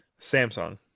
Samsung